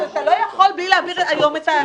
אבל אתה לא יכול בלי להעביר היום את הפיזור.